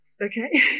okay